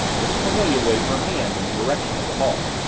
miss cornelia waved her hand in the direction of the hall.